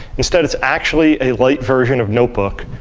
instead, it's actually a light version of notebook,